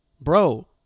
bro